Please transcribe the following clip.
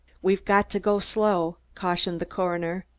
we've got to go slow, cautioned the coroner.